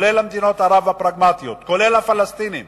גם מדינות ערב הפרגמטיות, וגם הפלסטינים,